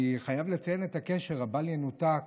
אני חייב לציין את הקשר הבל-ינותק